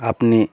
আপনি